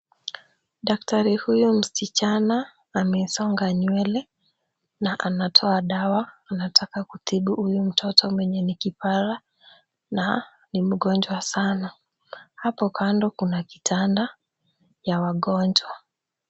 Daktari huyu msichana amesonga nywele na anatoa dawa, anataka kutibu huyu mtoto mwenye ni kipara na ni mgonjwa sana. Hapo kando kuna kitanda ya wagonjwa.